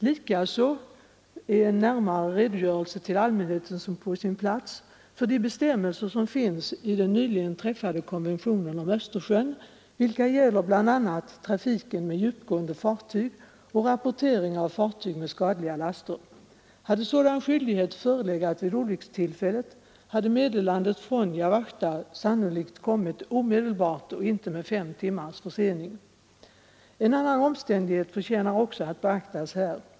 Likaså är en närmare redogörelse till allmänheten för de bestämmelser som finns i den nyligen träffade konventionen om Östersjön på sin plats, vilka gäller bl.a. trafiken med djupgående fartyg och rapportering av fartyg med farliga laster. Hade sådan rapporteringsskyldighet förelegat vid olyckstillfället, hade meddelandet från Jawachta sannolikt kommit omedelbart och inte med fem timmars försening. En annan omständighet förtjänar också att beaktas här.